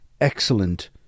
excellent